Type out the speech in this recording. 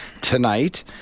tonight